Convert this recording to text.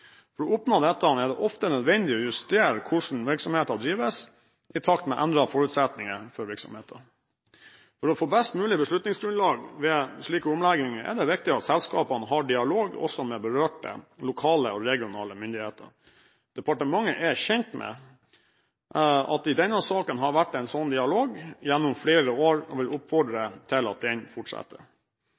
For å oppnå dette er det ofte nødvendig å justere hvordan virksomhetene drives i takt med endrede forutsetninger for virksomheten. For å få best mulig beslutningsgrunnlag ved slike omlegginger er det viktig at selskapene også har dialog med berørte lokale og regionale myndigheter. Departementet er kjent med at det i denne saken har vært en sånn dialog gjennom flere år, og vi oppfordrer til at den fortsetter.